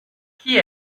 chi